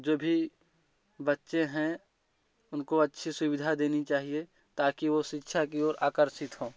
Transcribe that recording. जो भी बच्चे हैं उनको अच्छे सुविधा देनी चाहिए ताकि वो शिक्षा की ओर आकर्षित हो